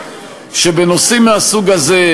שבנושאים מהסוג הזה,